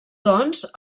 doncs